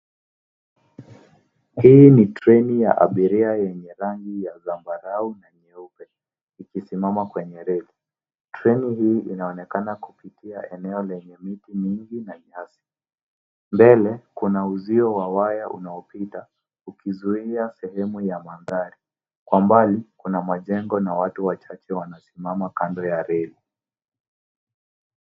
Hii ni treni ya abiria yenye rangi ya zambarau na nyeupe ikisimama kwenye reli. Treni hii inaonekana kupitia eneo lenye miti mingi na nyasi. Mbele, kuna uzio wa waya unaopita, ukizuia sehemu ya mandhari. Kwa mbali, kuna majengo na watu wachache wanasimama kando ya reli.